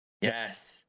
Yes